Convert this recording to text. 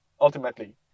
ultimately